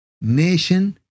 nation